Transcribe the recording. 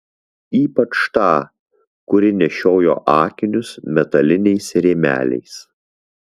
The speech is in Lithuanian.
ypač tą kuri nešiojo akinius metaliniais rėmeliais